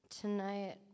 tonight